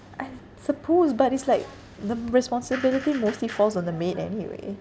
I suppose but it's like the mm responsibility mostly falls on the maid anyway